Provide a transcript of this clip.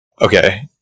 okay